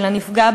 של הנפגע,